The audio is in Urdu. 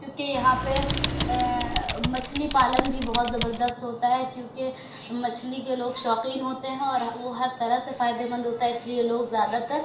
کیونکہ یہاں پہ مچھلی پالن بھی بہت زبردست ہوتا ہے کیونکہ مچھلی کے لوگ شوقین ہوتے ہیں اور وہ ہر طرح سے فائدہ مند ہوتا ہے اس لیے لوگ زیادہ تر